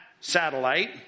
satellite